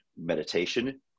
meditation